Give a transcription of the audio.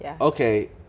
Okay